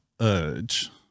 urge